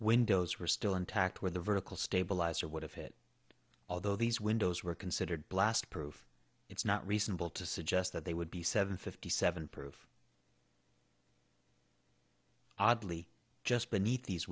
windows were still intact where the vertical stabilizer would have hit although these windows were considered blast proof it's not reasonable to suggest that they would be seven fifty seven proof oddly just beneath these